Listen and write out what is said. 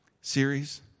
series